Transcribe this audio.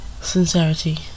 sincerity